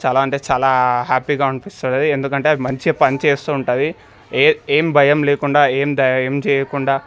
చాలా అంటే చాలా హ్యాపీగా అనిపిస్తుంటుంది ఎందుకంటే అది మంచిగా పని చేస్తూ ఉంటుంది ఏం ఏం భయం లేకుండా ఏం ధైర్యం చేయకుండా